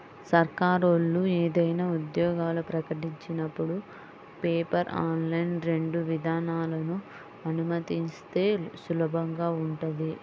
సర్కారోళ్ళు ఏదైనా ఉద్యోగాలు ప్రకటించినపుడు పేపర్, ఆన్లైన్ రెండు విధానాలనూ అనుమతిస్తే సులభంగా ఉంటది